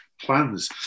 plans